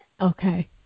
okay